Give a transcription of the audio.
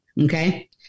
Okay